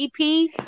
EP